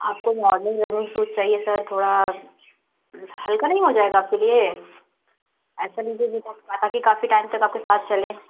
आपको modelling running shoes चाहिए sir थोड़ा हल्का नहीं हो जाएगा आपके लिए ऐसा लीजिए जो कि काफी टाइम तक आपके साथ चले